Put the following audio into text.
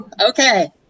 Okay